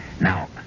Now